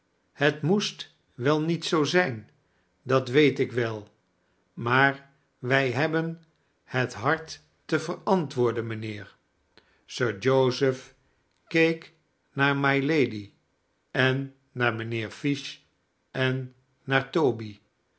het moest wel niet zoo zijn dat weet ik wel maar wij hebben het hard te verantwoorden mijnheer sir joseph keek naar mylady en naar mijnheer fish en naar toby